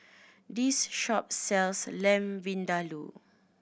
this shop sells Lamb Vindaloo